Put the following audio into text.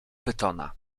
pytona